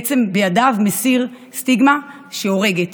בעצם בידיו מסיר סטיגמה שהורגת.